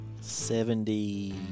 Seventy